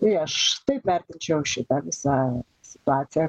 tai aš taip vertinčiau šitą visą situaciją